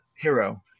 Hero